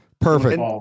Perfect